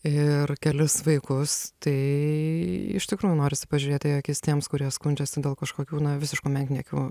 ir kelis vaikus tai iš tikrųjų norisi pažiūrėti į akis tiems kurie skundžiasi dėl kažkokių na visiškų menkniekių